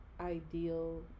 ideal